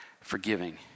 forgiving